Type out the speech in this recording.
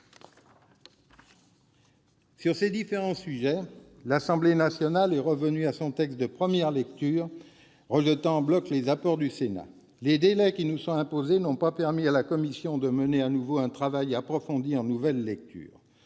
Sur ces différents sujets, l'Assemblée nationale a rétabli son texte de première lecture, rejetant en bloc les apports du Sénat. Les délais qui nous sont imposés n'ont pas permis à la commission de mener à nouveau un travail approfondi en nouvelle lecture.